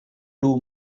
two